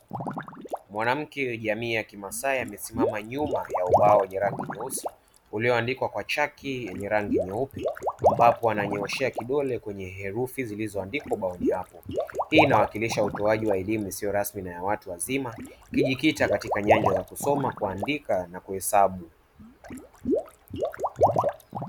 Mwanamke jamii ya Kimasai amesimama nyuma ya ubao wenye rangi nyeusi, ulioandikwa kwa chaki yenye rangi nyeupe, ambapo ananyooshea kidole kwenye herufi zilizoandikwa hapo; hii inawakilisha utoaji wa elimu isiyo rasmi kwa watu wazima, ikijikita katika kuongeza ujuzi katika nyanja za kusoma, kuandika, na kuhesabu.